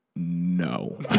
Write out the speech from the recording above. No